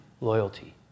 loyalty